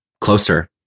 closer